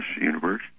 universe